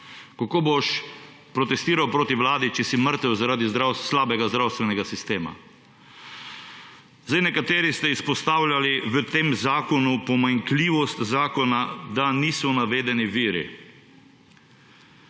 Kako boš protestiral proti vladi, če si mrtev zaradi slabega zdravstvenega sistema? Nekateri ste izpostavljali v tem zakonu pomanjkljivost zakona, da niso navedeni viri.